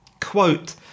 quote